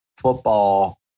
football